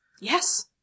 Yes